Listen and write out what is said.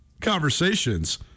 Conversations